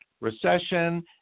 recession